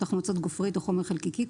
תחמוצות גופרית או חומר חלקיקי,